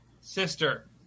sister